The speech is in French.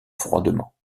froidement